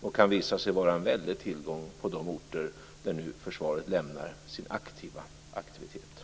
De kan visa sig vara en väldig tillgång på de orter där nu försvaret lämnar sin aktiva aktivitet.